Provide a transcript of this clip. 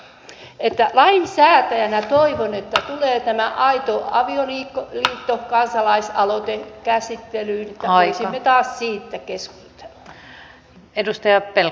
lainsäätäjänä toivon että tulee tämä aito avioliitto kansalaisaloite käsittelyyn että voisimme taas siitä keskustella